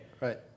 right